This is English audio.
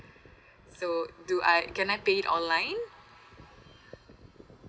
so do I can I pay online